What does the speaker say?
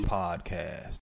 podcast